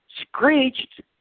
screeched